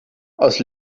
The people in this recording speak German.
aus